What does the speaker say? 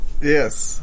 Yes